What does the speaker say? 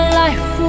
life